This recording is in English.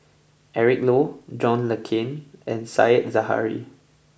Eric Low John Le Cain and Said Zahari